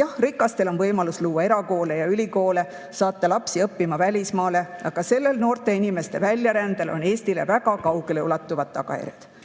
Jah, rikastel on võimalus luua erakoole ja ülikoole, saata lapsi õppima välismaale, aga sellel noorte inimeste väljarändel on Eestile väga kaugeleulatuvad tagajärjed.